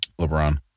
LeBron